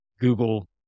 google